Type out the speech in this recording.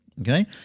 Okay